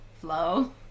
flow